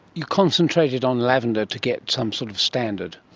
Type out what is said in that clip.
you concentrated on lavender to get some sort of standard.